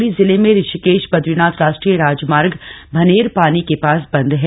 चमोली जिले में ऋषिकेश बदरीनाथ राष्ट्रीय राजमार्ग भनेरपानी के पास बंद है